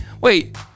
wait